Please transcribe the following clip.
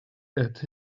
that